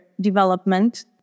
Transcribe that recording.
development